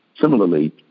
Similarly